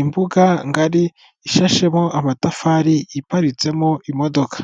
imbuga ngari ishashemo amatafari, iparitsemo imodoka.